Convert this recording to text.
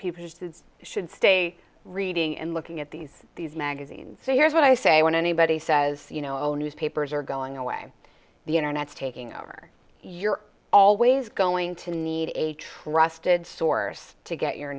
people should stay reading and looking at these these magazines say here's what i say when anybody says you know newspapers are going away the internet is taking over you're always going to need a trusted source to get your